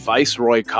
Viceroy